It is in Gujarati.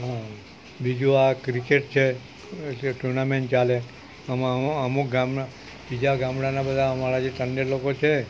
હા બીજું આ ક્રિકેટ છે કે ટુર્નામેંટ ચાલે આમાં અમુક ગામ બીજા ગામડાના બધા અમારા જે ટંડેલ લોકો છે